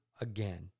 again